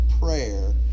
prayer